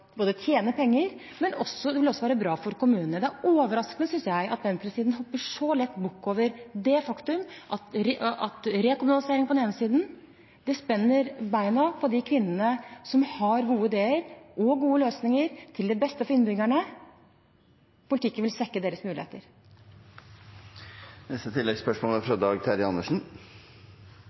penger, og det vil også være bra for kommunene. Det er overraskende, synes jeg, at venstresiden så lett hopper bukk over det faktum at rekommunalisering på den ene siden spenner beina på de kvinnene som har gode ideer og gode løsninger til beste for innbyggerne. Politikken vil svekke deres muligheter. Dag Terje Andersen – til oppfølgingsspørsmål. Jeg vil si at jeg er